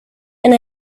and